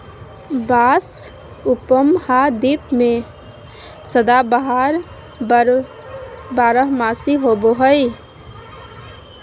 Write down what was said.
बाँस उपमहाद्वीप में सदाबहार बारहमासी होबो हइ